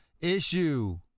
issue